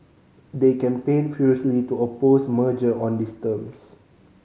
they campaigned furiously to oppose merger on these terms